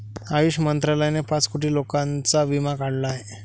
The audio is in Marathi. आयुष मंत्रालयाने पाच कोटी लोकांचा विमा काढला आहे